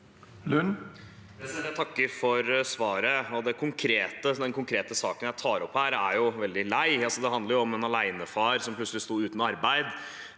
Jeg takker for svaret. Den konkrete saken jeg tar opp her, er veldig lei. Det handler om en alenefar som plutselig sto uten arbeid,